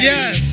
Yes